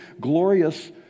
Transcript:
glorious